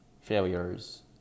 failures